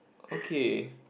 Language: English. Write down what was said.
okay